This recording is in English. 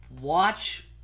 watch